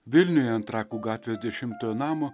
vilniuje ant trakų gatvės dešimtojo namo